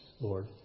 Lord